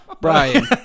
Brian